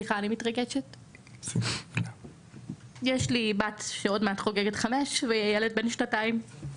יש לי בת שעוד מעט חוגגת חמש וילד בן שנתיים.